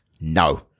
no